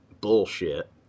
Bullshit